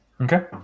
Okay